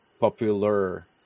popular